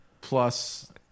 plus